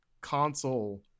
console